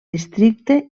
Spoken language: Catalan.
districte